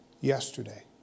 yesterday